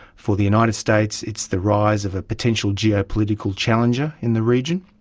for the united states it's the rise of a potential geopolitical challenger in the region.